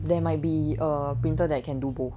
there might be err printer that can do both